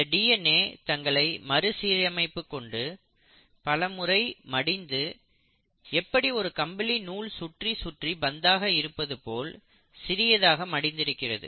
இந்த டிஎன்ஏ தங்களை மறு சீரமைப்பு கொண்டு பலமுறை மடிந்து எப்படி ஒரு கம்பளி நூல் சுற்றி சுற்றி பந்தாக இருப்பது போல் சிறியதாக மடிந்திருக்கிறது